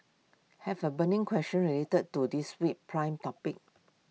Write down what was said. have A burning question related to this week's primer topic